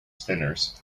spinners